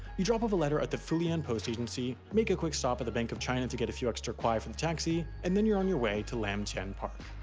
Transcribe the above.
you drop off a letter at the fulian post agency, make a quick stop at the bank of china to get a few extra kuai for the taxi, and then you're on your way to lam tsuen park.